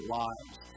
lives